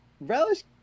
Relish